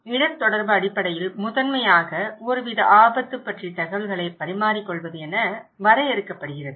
எனவே இடர் தொடர்பு அடிப்படையில் முதன்மையாக ஒருவித ஆபத்து பற்றிய தகவல்களை பரிமாறிக்கொள்வது என வரையறுக்கப்படுகிறது